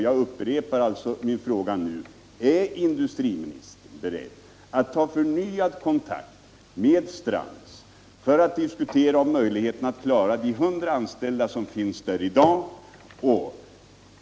Jag upprepar min fråga: Är industriministern beredd att ta förriyad kontakt med Strands för att diskutera möjligheterna att klara de 100 anställda som finns där i dag?